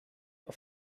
auf